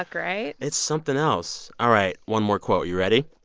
like right? it's something else. all right, one more quote. you ready?